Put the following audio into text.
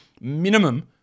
minimum